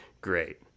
Great